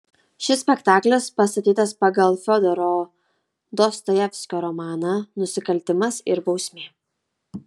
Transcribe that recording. šis spektaklis pastatytas pagal fiodoro dostojevskio romaną nusikaltimas ir bausmė